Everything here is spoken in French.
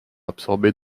absorbé